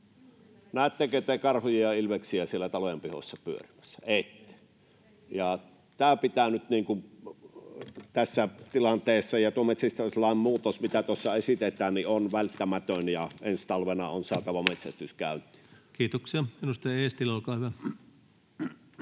Näettekö te karhuja ja ilveksiä siellä talojen pihoissa pyörimässä? Ei. [Anne Kalmari: Ei vielä!] Tuo metsästyslain muutos, mitä tuossa esitetään, on välttämätön, ja ensi talvena on saatava metsästys käyntiin. Kiitoksia. — Edustaja Eestilä, olkaa hyvä.